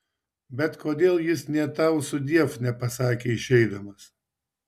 bet kodėl jis nė tau sudiev nepasakė išeidamas